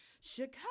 Chicago